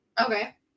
Okay